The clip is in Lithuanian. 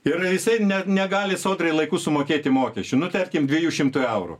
ir jisai ne negali sodrai laiku sumokėti mokesčių nu tarkim dviejų šimtų eurų